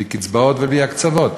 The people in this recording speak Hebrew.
בלי קצבאות ובלי הקצבות,